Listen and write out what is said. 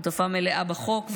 שותפה מלאה בחוק,